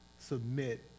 submit